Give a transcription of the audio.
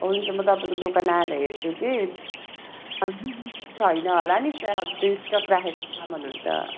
हुन्छ म तपाईँको दोकान आएर हेर्छु कि छैन होला नि त्यो स्टक राखेको चामलहरू त